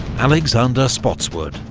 alexander spotswood,